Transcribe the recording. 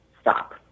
stop